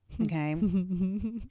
okay